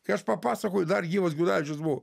kai aš papasakoju dar gyvas gudavičius buvo